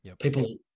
people